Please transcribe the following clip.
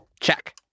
Check